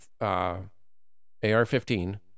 AR-15